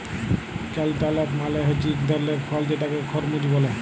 cantaloupe মালে হছে ইক ধরলের ফল যেটাকে খরমুজ ব্যলে